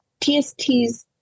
TSTs